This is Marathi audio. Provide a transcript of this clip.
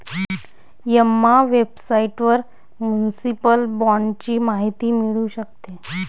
एम्मा वेबसाइटवर म्युनिसिपल बाँडची माहिती मिळू शकते